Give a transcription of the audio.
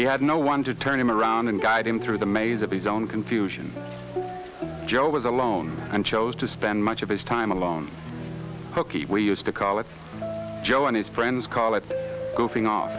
he had no one to turn him around and guide him through the maze of his own confusion joe was alone and chose to spend much of his time alone cookie we used to call it joe and his friends call it go thing